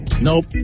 Nope